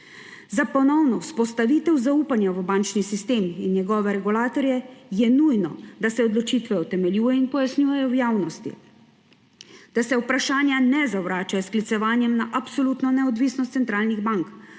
Za ponovno vzpostavitev zaupanja v bančni sistem in njegove regulatorje je nujno, da se odločitve utemeljujejo in pojasnjujejo v javnosti, da se vprašanja ne zavračajo s sklicevanjem na absolutno neodvisnost centralnih bank,